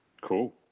Cool